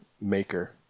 maker